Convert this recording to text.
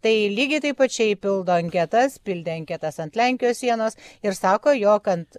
tai lygiai taip pačiai pildo anketas pildė anketas ant lenkijos sienos ir sako jog ant